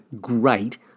great